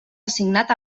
assignat